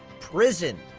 prison.